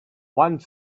one